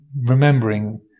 remembering